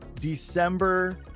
December